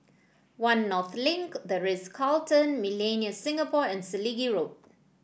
One North Link The Ritz Carlton Millenia Singapore and Selegie Road